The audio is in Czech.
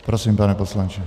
Prosím, pane poslanče.